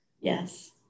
Yes